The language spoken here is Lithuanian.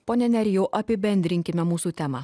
pone nerijau apibendrinkime mūsų temą